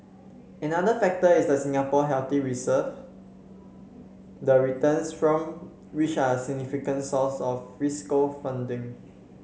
another factor is the Singapore healthy reserves the returns from which are a significant source of fiscal funding